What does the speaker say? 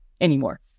anymore